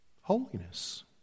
Holiness